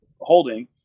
holding